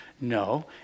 No